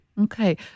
Okay